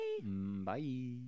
Bye